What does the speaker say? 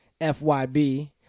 fyb